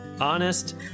honest